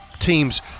Teams